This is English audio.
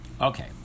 okay